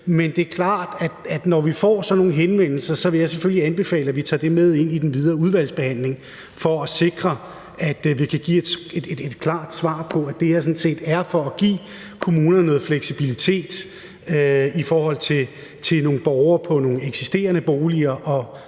Det er klart, at når vi får sådan nogle henvendelser, vil jeg selvfølgelig anbefale, at vi tager dem med i den videre udvalgsbehandling for at sikre, at vi kan give et klart svar om, at det her sådan set gøres for at give kommunerne noget fleksibilitet over for nogle borgere i nogle eksisterende ældre- og